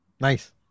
nice